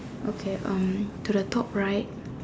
okay um to the top right